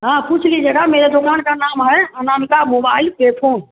हाँ पूछ लीजिएगा मेरे दुकान का नाम है अनामिका मोबाइल टेसन